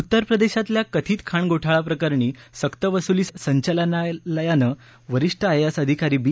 उत्तर प्रदेशातल्या कथित खाण घोटाळा प्रकरणी सक्तवसुली संचालनालयानं वरिष्ठ आयएएस अधिकारी बी